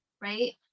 Right